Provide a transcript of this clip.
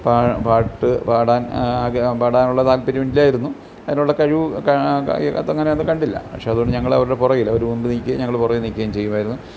പാട്ട് പാടാൻ പാടാനുള്ള താല്പര്യം ഇല്ലായിരുന്നു അതിനുള്ള കഴിവും അങ്ങനെ ഒന്നും കണ്ടില്ല പക്ഷെ അതുകൊണ്ട് ഞങ്ങൾ അവരുടെ പുറകിൽ അവർ മുമ്പിൽ നിൽക്കുകയും ഞങ്ങൾ പുറകിൽ നിൽക്കുകയും ചെയ്യുമായിരുന്നു